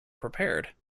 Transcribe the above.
prepared